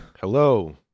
hello